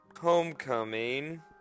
Homecoming